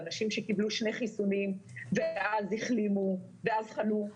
אנשים שקיבלו שני חיסונים ואז החלימו ואז חלו והחלימו.